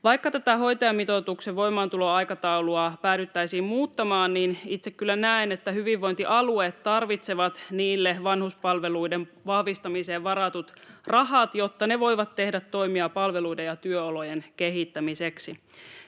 Vaikka tätä hoitajamitoituksen voimaantuloaikataulua päädyttäisiin muuttamaan, niin itse kyllä näen, että hyvinvointialueet tarvitsevat niille vanhuspalveluiden vahvistamiseen varatut rahat, jotta ne voivat tehdä toimia palveluiden ja työolojen kehittämiseksi.